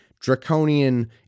draconian